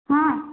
ହଁ